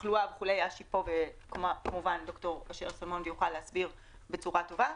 תחלואה וכולי דוקטור שלמון פה והוא יוכל להסביר בצורה טובה.